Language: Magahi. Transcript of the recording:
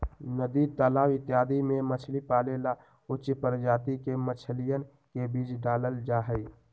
नदी तालाब इत्यादि में मछली पाले ला उच्च प्रजाति के मछलियन के बीज डाल्ल जाहई